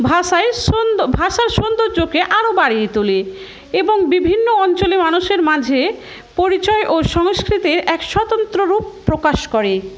ভাষায় সন্ ভাষার সৌন্দর্যকে আরও বাড়িয়ে তোলে এবং বিভিন্ন অঞ্চলে মানুষের মাঝে পরিচয় ও সংস্কৃতির এক স্বতন্ত্র রূপ প্রকাশ করে